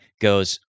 goes